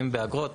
אם באגרות.